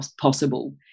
possible